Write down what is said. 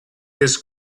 this